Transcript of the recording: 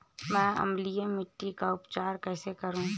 मैं अम्लीय मिट्टी का उपचार कैसे करूं?